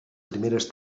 primeres